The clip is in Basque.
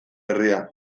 herria